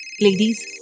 Ladies